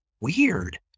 weird